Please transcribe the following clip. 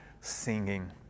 singing